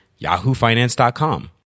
yahoofinance.com